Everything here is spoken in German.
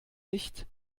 nicht